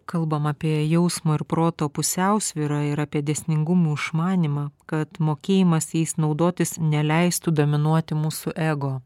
kalbam apie jausmo ir proto pusiausvyrą ir apie dėsningumų išmanymą kad mokėjimas jais naudotis neleistų dominuoti mūsų ego